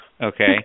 okay